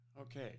Okay